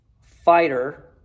fighter